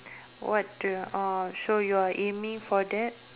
what do uh so you're aiming for that